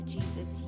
Jesus